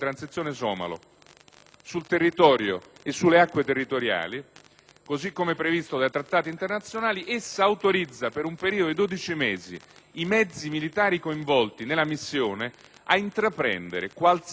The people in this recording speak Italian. sul territorio e sulle acque territoriali, così come previsto dai trattati internazionali, essa autorizza per un periodo di dodici mesi i mezzi militari coinvolti nella missione ad intraprendere qualsiasi operazione